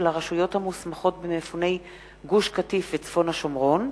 הרשויות המוסמכות במפוני גוש-קטיף וצפון-השומרון.